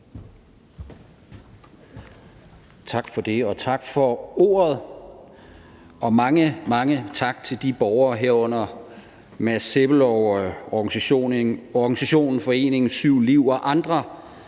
Geertsen (V): Tak for ordet, og mange, mange tak til de borgere, herunder Mads Sebbelov og organisationen Foreningen 7Liv og andre,